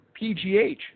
Pgh